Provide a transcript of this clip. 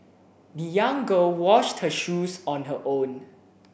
the young girl washed her shoes on her own